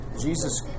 Jesus